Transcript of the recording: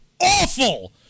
awful